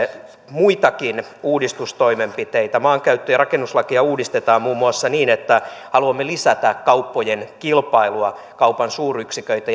muitakin uudistustoimenpiteitä maankäyttö ja rakennuslakia uudistetaan muun muassa niin että haluamme lisätä kauppojen kilpailua kaupan suuryksiköitä